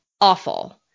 awful